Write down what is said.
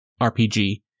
RPG